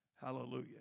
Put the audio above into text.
Hallelujah